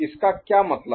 इसका क्या मतलब है